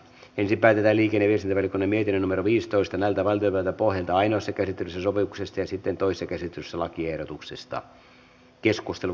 ensipäivinä liki neljä silver game miettinen numero viisitoista näytä vain levätä voi aina sekä citysokoksesta ja sitten toisi asian käsittely päättyi